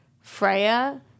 Freya